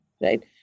right